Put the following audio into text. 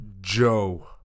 Joe